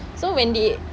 so when they